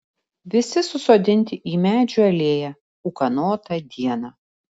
visi susodinti į medžių alėją ūkanotą dieną